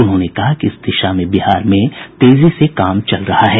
उन्होंने कहा कि इस दिशा में बिहार में तेजी से काम चल रहा है